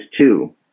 two